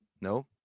No